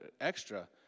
extra